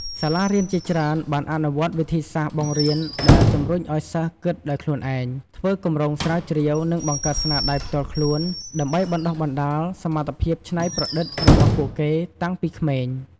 សាលារៀនជាច្រើនបានអនុវត្តវិធីសាស្ត្របង្រៀនដែលជំរុញឱ្យសិស្សគិតដោយខ្លួនឯង ធ្វើគម្រោងស្រាវជ្រាវ និងបង្កើតស្នាដៃផ្ទាល់ខ្លួន ដើម្បីបណ្ដុះបណ្ដាលសមត្ថភាពច្នៃប្រឌិតរបស់ពួកគេតាំងពីក្មេង។